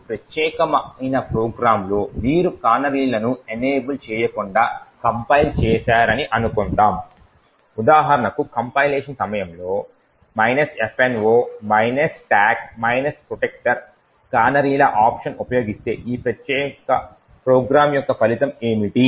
ఈ ప్రత్యేకమైన ప్రోగ్రామ్లో మీరు కానరీలను ఎనేబుల్ చేయకుండా కంపైల్ చేశారని అనుకుందాం ఉదాహరణకు కంపైలేషన్ సమయంలో fno stack protector కానరీల ఆప్షన్ ఉపయోగిస్తే ఈ ప్రత్యేక ప్రోగ్రాం యొక్క ఫలితం ఏమిటి